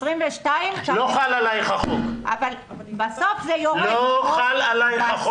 22. החוק לא חל עליך.